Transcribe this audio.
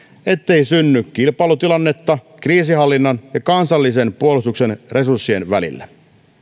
ettei synny kilpailutilannetta kriisinhallinnan ja kansallisen puolustuksen resurssien välillä